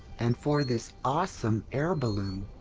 and for this awesome air balloon!